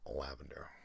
Lavender